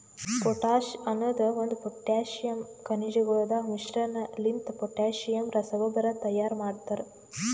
potash ಅನದ್ ಒಂದು potassium ಖನಿಜಗೊಳದಾಗ್ ಮಿಶ್ರಣಲಿಂತ ಪೊಟ್ಯಾಸಿಯಮ್ ರಸಗೊಬ್ಬರ ತೈಯಾರ್ ಮಾಡ್ತರ